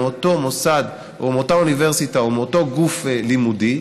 מאותו מוסד או מאותה אוניברסיטה או מאותו גוף לימודי,